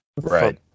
right